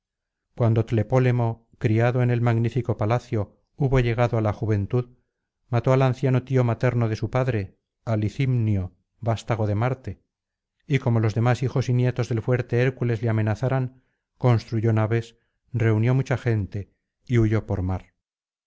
cuando tlepólemo criado en el magnífico palacio hubo llegado á la juventud mató al anciano tío materno de su padre á licimnio vastago de marte y como los demás hijos y nietos del fuerte hércules le amenazaran construyó naves reunió mucha gente y huyó por mar